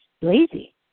lazy